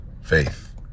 Faith